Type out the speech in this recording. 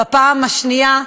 בפעם השנייה.